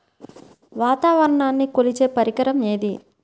వాతావరణాన్ని కొలిచే పరికరం ఏది?